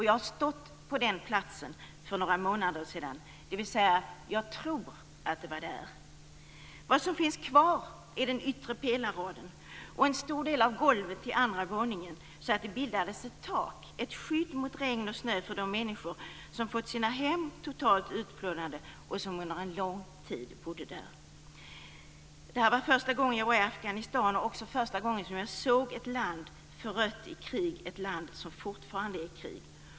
Jag stod på den platsen för några månader sedan, dvs. jag tror att det var där. Vad som finns kvar är den yttre pelarraden och en stor del av golvet till andra våningen så att det bildades ett tak, ett skydd mot regn och snö för de människor som har fått sina hem totalt utplånade och som under en lång tid bodde där. Det var första gången som jag var i Afghanistan och också första gången som jag såg ett land förött av krig, ett land som fortfarande är i krig.